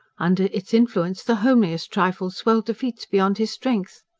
under its influence the homeliest trifles swelled to feats beyond his strength.